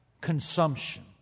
consumption